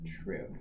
True